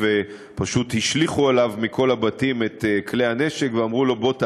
ופשוט השליכו עליו מכל הבתים את כלי הנשק ואמרו לו: רק בוא,